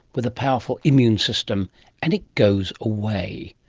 with a powerful immune system and it goes away.